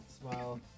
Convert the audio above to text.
smile